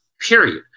period